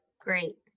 great